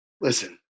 Listen